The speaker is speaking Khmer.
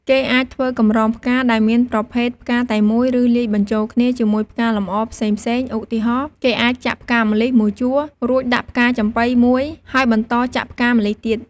គេអាចធ្វើកម្រងផ្កាដែលមានប្រភេទផ្កាតែមួយ ឬលាយបញ្ចូលគ្នាជាមួយផ្កាលម្អផ្សេងៗ ឧទាហរណ៍ គេអាចចាក់ផ្កាម្លិះមួយជួរ រួចដាក់ផ្កាចំប៉ីមួយ ហើយបន្តចាក់ផ្កាម្លិះទៀត។